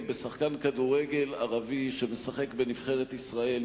בשחקן כדורגל ערבי שמשחק בנבחרת ישראל,